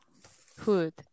food